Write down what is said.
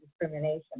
discrimination